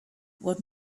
what